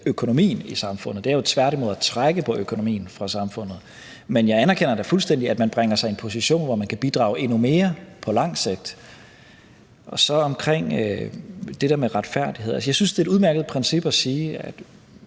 økonomien i samfundet; det er jo tværtimod at trække på økonomien i samfundet. Men jeg anerkender da fuldstændig, at man bringer sig i en position, hvor man kan bidrage endnu mere på lang sigt. Så til det der med retfærdighed vil jeg sige, at jeg synes, det er et udmærket princip, at